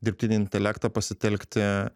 dirbtinį intelektą pasitelkti